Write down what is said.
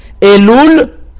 Elul